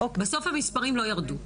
בסוף המספרים לא ירדו.